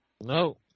No